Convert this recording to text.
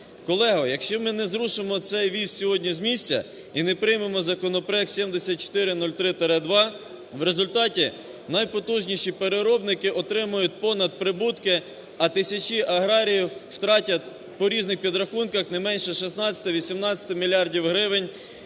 Колеги, якщо ми не зрушимо цей віз сьогодні з місця і не приймемо законопроект 7403-2, в результаті найпотужніші переробники отримають понадприбутки, а тисячі аграріїв втратять по різних підрахунках не менше 16-18 мільярдів